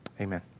Amen